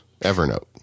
Evernote